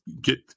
get